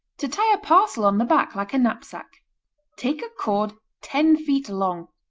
to tie a parcel on the back, like a knapsack take a cord ten feet long,